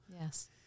Yes